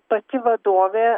pati vadovė